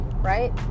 right